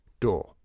Door